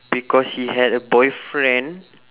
because he had a boyfriend